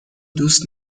دوست